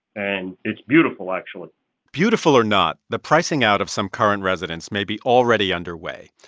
and it's beautiful, actually beautiful or not, the pricing-out of some current residents may be already underway.